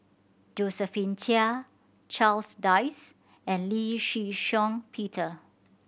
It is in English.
Josephine Chia Charles Dyce and Lee Shih Shiong Peter